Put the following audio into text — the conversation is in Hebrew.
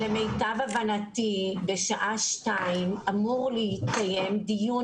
למיטב הבנתי בשעה 14:00 אמור להתקיים דיון